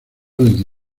desde